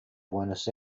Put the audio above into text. buenos